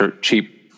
cheap